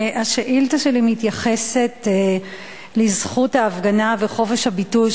השאילתא שלי מתייחסת לזכות ההפגנה וחופש הביטוי